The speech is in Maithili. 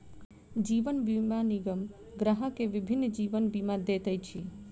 जीवन बीमा निगम ग्राहक के विभिन्न जीवन बीमा दैत अछि